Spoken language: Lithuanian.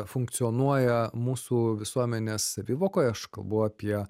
funkcionuoja mūsų visuomenės savivokoje aš kalbu apie